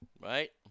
right